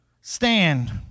stand